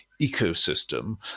ecosystem